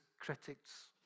critics